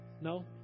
No